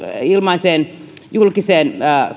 ilmaiseen julkiseen